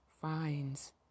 Finds